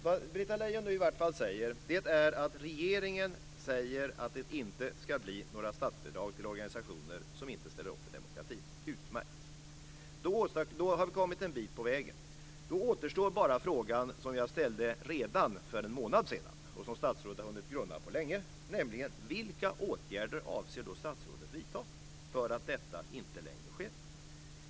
Enligt Britta Lejon säger nu regeringen att det inte ska betalas ut några statsbidrag till organisationer som inte ställer upp på demokrati. Utmärkt. Då har vi kommit en bit på väg. Då återstår bara frågan som jag ställde redan för en månad sedan och som statsrådet har hunnit att grunna på länge, nämligen: Vilka åtgärder avser statsrådet att vidta för att detta inte längre sker?